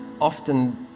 often